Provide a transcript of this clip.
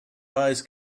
eyes